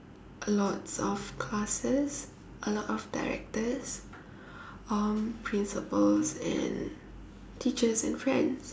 lots of classes a lot of directors um principals and teachers and friends